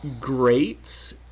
great